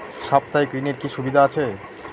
সাপ্তাহিক ঋণের কি সুবিধা আছে?